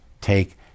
take